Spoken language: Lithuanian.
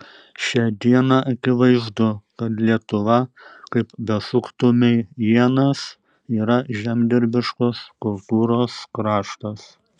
šią dieną akivaizdu kad lietuva kaip besuktumei ienas yra žemdirbiškos kultūros kraštas